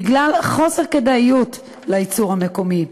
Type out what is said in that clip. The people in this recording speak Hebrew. בגלל חוסר כדאיות לייצור המקומי.